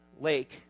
Lake